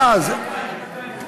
אני כאן.